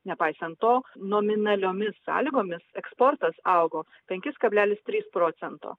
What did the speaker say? nepaisant to nominaliomis sąlygomis eksportas augo penkis kablelis tris procento